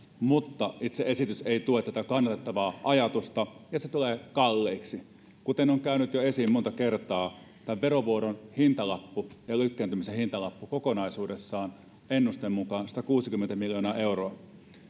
mutta itse esitys ei tue tätä kannatettavaa ajatusta ja tulee kalliiksi kuten on käynyt jo esiin monta kertaa tämän verovuodon hintalappu ja lykkääntymisen hintalappu kokonaisuudessaan ennusteen mukaan on satakuusikymmentä miljoonaa euroa